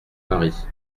paris